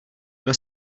byl